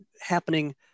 happening